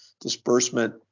disbursement